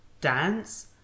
dance